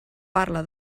parla